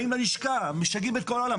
באים ללשכה, משגעים את כל העולם.